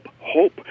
hope